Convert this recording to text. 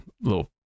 little